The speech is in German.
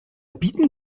bieten